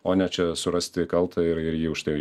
o ne čia surasti kaltą ir jį už tai